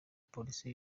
polisi